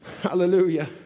Hallelujah